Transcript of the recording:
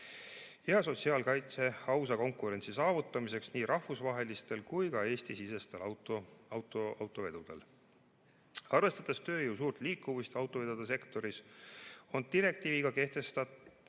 ja sotsiaalkaitse ausa konkurentsi saavutamiseks nii rahvusvahelistel kui ka Eesti-sisestel autovedudel. Arvestades tööjõu suurt liikuvust autovedude sektoris, on direktiiviga kehtestatud